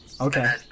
Okay